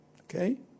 Okay